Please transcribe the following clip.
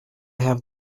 have